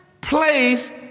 place